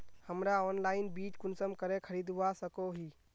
हमरा ऑनलाइन बीज कुंसम करे खरीदवा सको ही?